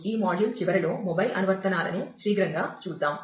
ఈ మాడ్యూల్ అనువర్తనాలను శీఘ్రంగా చూద్దాం